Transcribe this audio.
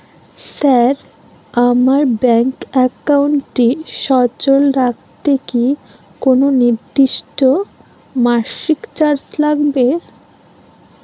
Sir আমার bank একাউন্টটি সচল রাখতে কি কোনো নির্দিষ্ট মাসিক চার্জ লাগবে?